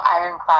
ironclad